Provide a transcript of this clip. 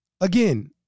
again